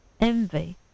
envy